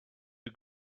you